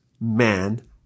man